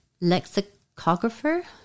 lexicographer